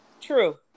True